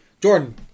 Jordan